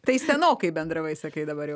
tai senokai bendravai sakai dabar jau